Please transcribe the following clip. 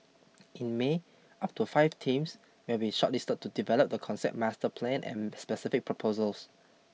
in May up to five teams will be shortlisted to develop the concept master plan and specific proposals